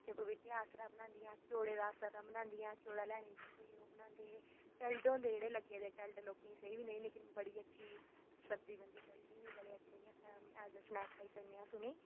जां पपीते दा आसरा बनांदियां हियां क्योड़े दा आसरा बनांदियां हियां क्योड़ा लैने गी जंदे हे ओह् बनांदे हे तलड होंदे हे लग्गे दे तलड लोकें गी सेही बी नेईं सब्जी बनदी तलडें दी ऐज़ ए स्नैक खाई सकने अस उ'नें गी